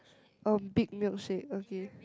um big milkshake okay